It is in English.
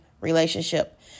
relationship